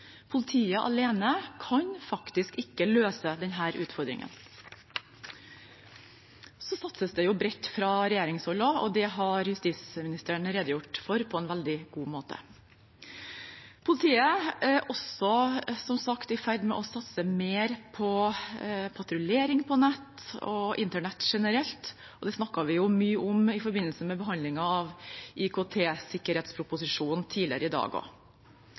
politiet er sentralt. Politiet alene kan faktisk ikke løse denne utfordringen. Også fra regjeringshold satses det bredt, og det har justisministeren redegjort for på en veldig god måte. Politiet er som sagt også i ferd med å satse mer på patruljering på nett og internett generelt, og det snakket vi også mye om i forbindelse med behandlingen av IKT-sikkerhetsproposisjonen tidligere i dag. Organisert kriminalitet og